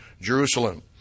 Jerusalem